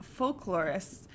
folklorists